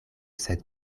sed